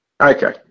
Okay